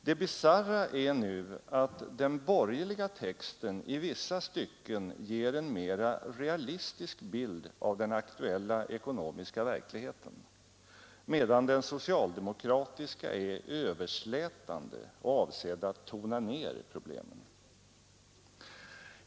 Det bisarra är nu att den borgerliga texten i vissa stycken ger en mera realistisk bild av den aktuella ekonomiska verkligheten, medan den socialdemokratiska är överslätande och avsedd att tona ned problemen.